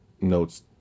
notes